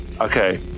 Okay